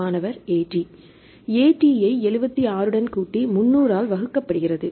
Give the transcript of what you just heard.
மாணவர் AT AT ஐ 76 உடன் கூட்டி 300 ஆல் வகுக்கப்படுகிறது